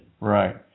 Right